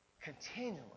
continually